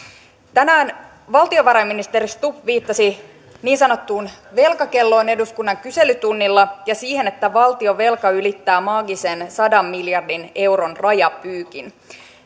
tänään valtiovarainministeri stubb viittasi niin sanottuun velkakelloon eduskunnan kyselytunnilla ja siihen että valtionvelka ylittää maagisen sadan miljardin euron rajapyykin